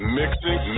mixing